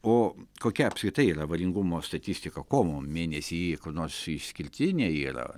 o kokia apskritai avaringumo statistika kovo mėnesį nors išskirtinė yra